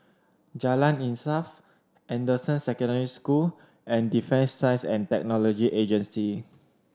Jalan Insaf Anderson Secondary School and Defence Science And Technology Agency